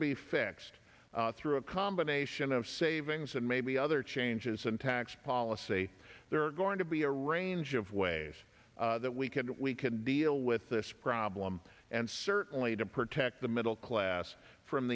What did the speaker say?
be fixed through a combination of savings and maybe other changes in tax policy there are going to be a range of ways that we could we can deal with this problem and certainly to protect the middle class from